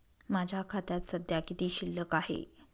माझ्या खात्यात सध्या किती शिल्लक आहे?